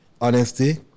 honesty